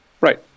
Right